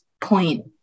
point